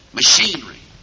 machinery